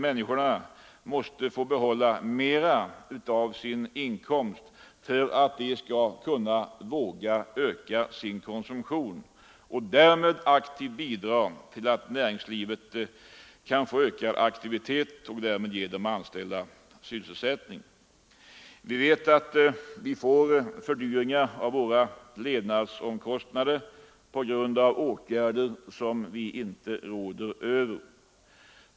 Människorna måste nog få behålla mer av sin inkomst för att de skall våga öka sin konsumtion och därmed aktivt bidra till att näringslivet kan få ökad aktivitet och ge de anställda sysselsättning. Vi vet att vi får fördyringar av våra levnadsomkostnader på grund av omständigheter som vi inte råder över.